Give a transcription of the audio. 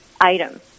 item